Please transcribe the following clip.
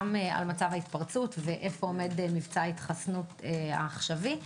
מצב ההתפרצות ואיפה עומד מבצע ההתחסנות העכשווי,